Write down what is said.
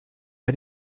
bei